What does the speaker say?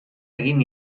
egin